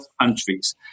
countries